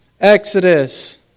Exodus